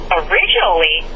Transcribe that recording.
originally